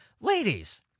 Ladies